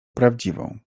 prawdziwą